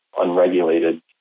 unregulated